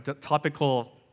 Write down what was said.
topical